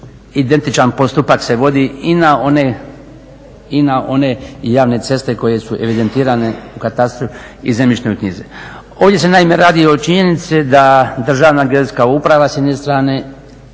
identičan postupak se vodi i na one javne ceste koje su evidentirane u katastru i zemljišnoj knjizi. Ovdje se naime radi o činjenica da Državna geodetska uprava s jedne strane